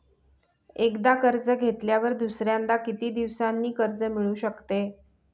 एकदा कर्ज घेतल्यावर दुसऱ्यांदा किती दिवसांनी कर्ज मिळू शकते?